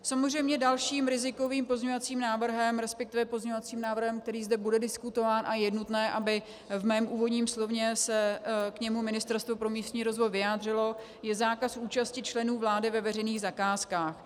Samozřejmě dalším rizikovým pozměňovacím návrhem, respektive pozměňovacím návrhem, který zde bude diskutován, a je nutné, aby v mém úvodním slově se k němu Ministerstvo pro místní rozvoj vyjádřilo, je zákaz účasti členů vlády ve veřejných zakázkách.